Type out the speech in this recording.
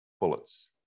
bullets